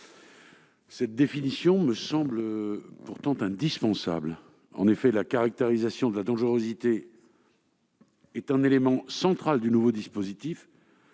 Cette définition me semble pourtant indispensable. En effet, la caractérisation de la dangerosité est un élément central du nouveau dispositif